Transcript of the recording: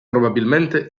probabilmente